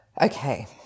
Okay